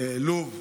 לוב?